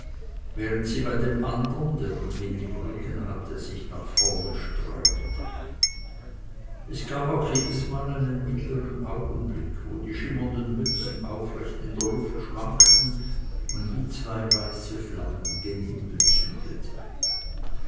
während sie bei den andern der den wind im rücken hatte sich nach vorne sträubte es gab auch jedesmal einen mittlern augenblick wo die schimmernden mützen aufrecht in der luft schwankten und wie zwei weiße flammen gen himmel